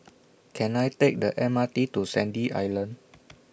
Can I Take The M R T to Sandy Island